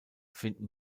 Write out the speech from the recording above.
finden